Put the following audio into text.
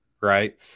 right